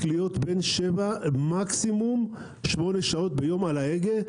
להיות בין שבע עד מקסימום שמונה שעות ביום על ההגה,